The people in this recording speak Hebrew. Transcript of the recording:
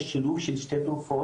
יש שילוב של שתי תרופות,